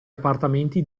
appartamenti